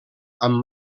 amb